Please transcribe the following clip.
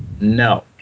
No